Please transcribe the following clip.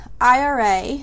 IRA